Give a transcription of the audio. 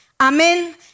Amen